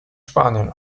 spanien